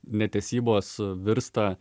netesybos virsta